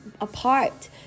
apart